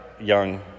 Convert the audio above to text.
young